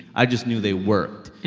i just knew they worked.